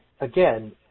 again